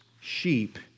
sheep